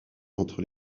entre